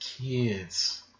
kids